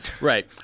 Right